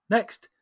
Next